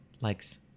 likes